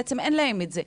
בעצם אין להם את זה?